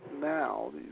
now